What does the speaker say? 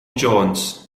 jones